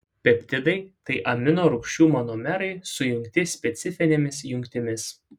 peptidai tai amino rūgčių monomerai sujungti specifinėmis jungtimis